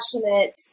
passionate